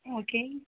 ம் ஓகே